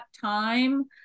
time